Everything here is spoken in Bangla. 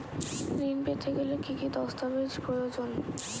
ঋণ পেতে গেলে কি কি দস্তাবেজ প্রয়োজন?